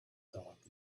dark